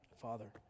Father